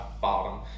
bottom